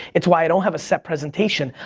it's why i don't have a set presentation.